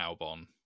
Albon